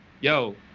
yo